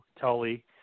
tully